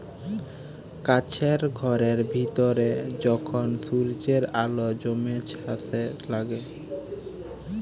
কাছের ঘরের ভিতরে যখল সূর্যের আল জ্যমে ছাসে লাগে